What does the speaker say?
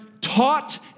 taught